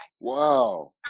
wow